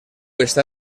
està